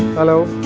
hello.